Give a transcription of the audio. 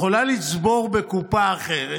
היא יכולה לצבור בקופה אחרת,